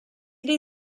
dai